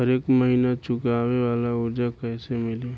हरेक महिना चुकावे वाला कर्जा कैसे मिली?